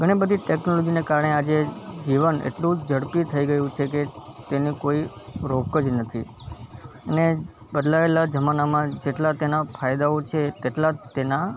ઘણી બધી ટેકનોલોજીનાં કારણે આજે જીવન એટલું ઝડપી થઇ ગયું છે કે તેને કોઈ રોક જ નથી અને બદલાયેલા જમાનામાં જેટલાં તેના ફાયદાઓ છે તેટલાં જ તેનાં